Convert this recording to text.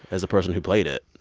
as a person who played it?